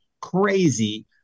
crazy